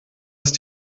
ist